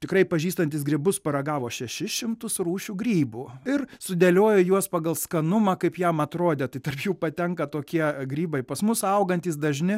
tikrai pažįstantis grybus paragavo šešis šimtus rūšių grybų ir sudėliojo juos pagal skanumą kaip jam atrodė tai tarp jų patenka tokie grybai pas mus augantys dažni